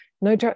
no